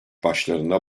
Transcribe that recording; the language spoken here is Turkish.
başlarında